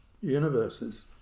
universes